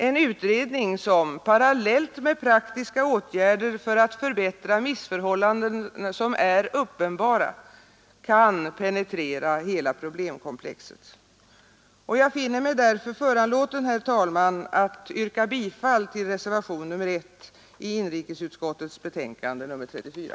En utredning som parallellt med förslag om praktiska åtgärder för att förbättra missförhållanden som är uppenbara kan penetrera hela problemkomplexet. Jag finner mig därför föranlåten, herr talman, att yrka bifall till reservationen 1 i inrikesutskottets betänkande nr 34.